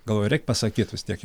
galvoju reik pasakyt vis tiek